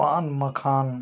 पान मखान